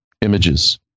images